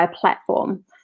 platform